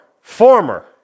former